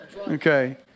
Okay